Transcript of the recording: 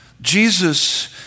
Jesus